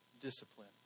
discipline